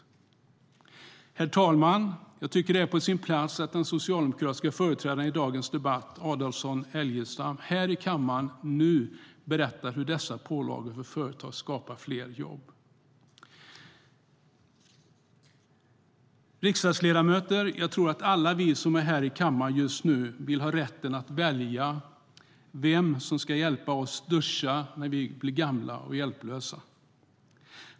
Herr talman! Jag tycker att det är på sin plats att den socialdemokratiska företrädaren i dagens debatt, Adolfsson Elgestam, här i kammaren nu berättar hur dessa pålagor på företag skapar fler jobb. Riksdagsledamöter! Jag tror att alla vi som är här i kammaren just nu vill ha rätten att välja vem som ska hjälpa oss duscha när vi blir gamla och hjälplösa.